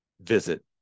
visit